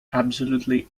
absolutely